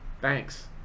thanks